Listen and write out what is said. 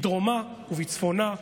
בדרומה ובצפונה,